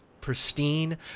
pristine